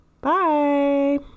Bye